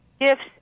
gifts